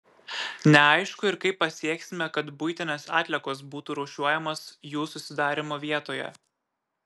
neaišku ir kaip pasieksime kad buitinės atliekos būtų rūšiuojamos jų susidarymo vietoje